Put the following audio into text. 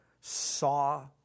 saw